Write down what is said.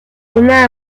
una